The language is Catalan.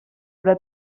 però